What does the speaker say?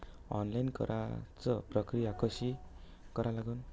Online कराच प्रक्रिया कशी करा लागन?